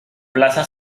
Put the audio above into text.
plaza